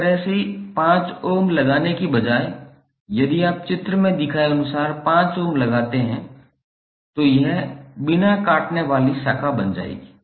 इस तरह से 5 ओम लगाने के बजाय यदि आप चित्र में दिखाए अनुसार 5 ओम लगाते हैं तो यह बिना काटने वाली शाखा बन जाएगी